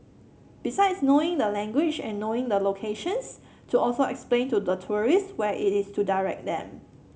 besides knowing the language and knowing the locations to also explain to the tourist where it is to direct them